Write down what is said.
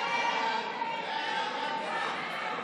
קבוצת סיעת ש"ס